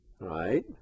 right